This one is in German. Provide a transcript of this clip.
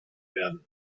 werden